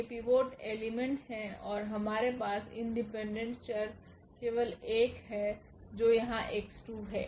ये pivots element हैं और हमारे पास इंडिपेंडेंट वेरिएबल केवल एक है जो यहाँ x2 है